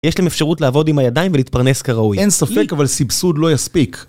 יש להם אפשרות לעבוד עם הידיים ולהתפרנס כראוי. אין ספק, אבל סבסוד לא יספיק.